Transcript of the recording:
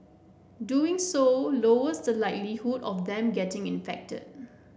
doing so lowers the likelihood of them getting infected